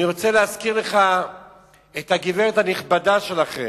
אני רוצה להזכיר לך את הגברת הנכבדה שלכם,